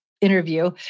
interview